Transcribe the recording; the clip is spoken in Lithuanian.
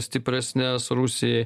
stipresnes rusijai